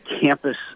campus